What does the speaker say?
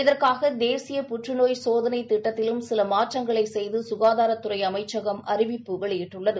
இதற்காக தேசிய புற்றுநோய் சோதனை திட்டத்திலும் சில மாற்றங்களை செய்து சுகாதாரத்துறை அமைச்சகம் அறிவிப்பு வெளியிட்டுள்ளது